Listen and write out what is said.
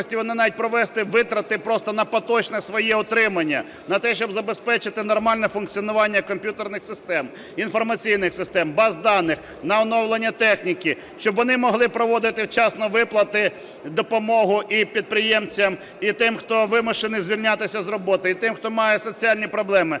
навіть провести витрати просто на поточне своє утримання. На те, щоб забезпечити нормальне функціонування комп'ютерних систем, інформаційних систем, баз даних, на оновлення техніки. Щоб вони могли проводити вчасно виплати, допомогу і підприємцям, і тим хто вимушений звільнятися з роботи, і тим хто має соціальні проблеми.